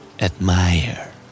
Admire